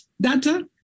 data